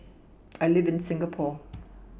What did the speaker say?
I live in Singapore